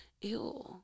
ew